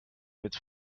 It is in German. mit